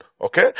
Okay